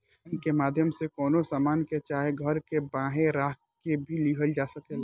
bank के माध्यम से कवनो सामान के चाहे घर के बांहे राख के भी लिहल जा सकेला